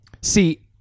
See